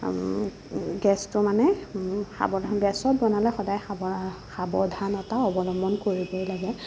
গেছটো মানে সাৱধান গেছত বনালে সদায় সাৱধান সাৱধানতা অৱলম্বন কৰিবই লাগে